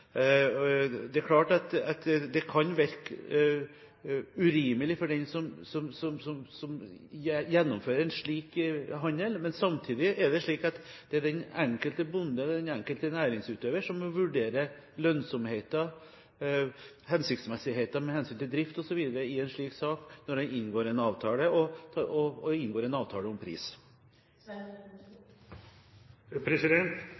Det er klart at det kan virke urimelig for den som gjennomfører en slik handel, men samtidig er det slik at det er den enkelte bonde og den enkelte næringsutøver som må vurdere lønnsomheten og hensiktsmessigheten med hensyn til drift osv. i en slik sak, når man inngår en avtale